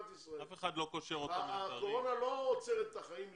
אף אחד לא קושר אותם לזרים --- הקורונה לא עוצרת את החיים לגמרי.